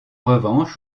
revanche